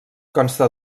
consta